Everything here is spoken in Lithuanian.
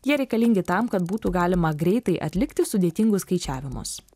jie reikalingi tam kad būtų galima greitai atlikti sudėtingus skaičiavimus